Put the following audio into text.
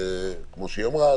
כמו שהיא אמרה,